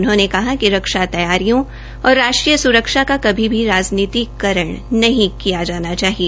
उन्होंने कहा कि रक्षा तैयारियों और राष्ट्रीय सुरक्षा का कभी भी राजनीतिकरण नहीं किया जाना चाहिए